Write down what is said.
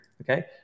Okay